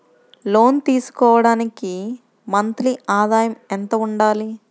లోను తీసుకోవడానికి మంత్లీ ఆదాయము ఎంత ఉండాలి?